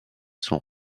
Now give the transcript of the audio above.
son